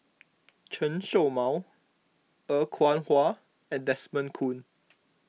Chen Show Mao Er Kwong Wah and Desmond Kon